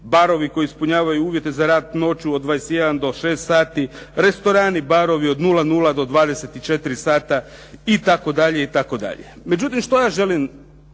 barovi koji ispunjavaju rad noću od 21 do 6 sati, restorani barovi od 00 do 24 sata itd.,